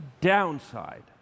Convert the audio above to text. downside